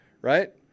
right